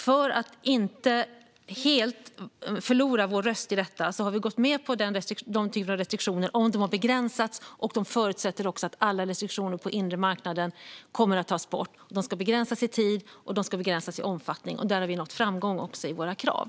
För att inte helt förlora vår röst i fråga om detta har vi gått med på den typen av restriktioner om de har begränsats, och det förutsätter också att alla restriktioner på den inre marknaden kommer att tas bort. De ska begränsas i tid, och de ska begränsas i omfattning. Där har vi nått framgång också i våra krav.